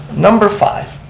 number five,